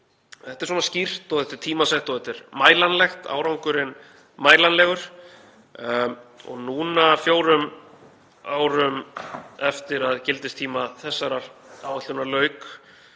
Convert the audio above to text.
Þetta er skýrt og þetta er tímasett og þetta er mælanlegt, árangurinn er mælanlegur. Núna fjórum árum eftir að gildistíma þessarar áætlunar lauk